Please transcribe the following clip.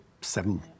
seven